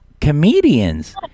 Comedians